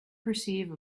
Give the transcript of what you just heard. perceive